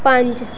ਪੰਜ